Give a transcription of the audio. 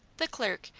the clerk,